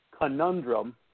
conundrum